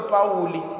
Pauli